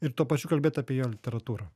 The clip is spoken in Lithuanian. ir tuo pačiu kalbėt apie jo literatūrą